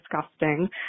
disgusting